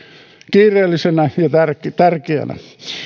kiireellisenä ja tärkeänä